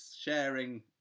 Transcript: sharing